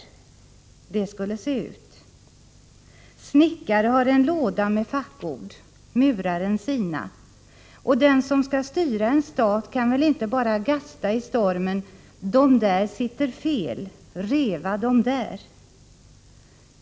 Det skulle se ut. Muraren sina och den som ska styra en stat kan väl inte bara gasta i stormen: Dom där sitter fel! Reva dom där!